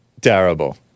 Terrible